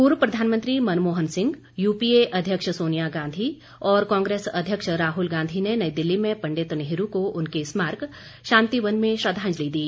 पूर्व प्रधानमंत्री मनमोहन सिंह यूपीए अध्यक्ष सोनिया गांधी और कांग्रेस अध्यक्ष राहुल गांधी ने नई दिल्ली में पंडित नेहरू को उनके स्मारक शांतिवन में श्रद्वांजलि दी